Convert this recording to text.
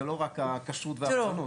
זה לא רק הכשרות והרבנות.